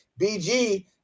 BG